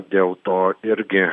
dėl to irgi